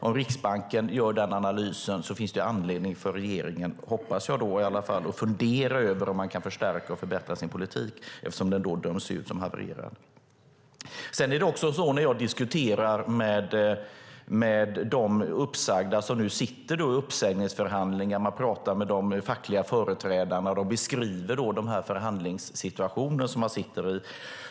Om Riksbanken gör denna analys finns det anledning för regeringen - hoppas jag i alla fall - att fundera över om man kan förstärka och förbättra sin politik eftersom den döms ut som havererad. När jag diskuterar med de uppsagda som sitter i uppsägningsförhandlingar och när jag talar med de fackliga företrädarna beskriver de den förhandlingssituation som de sitter i.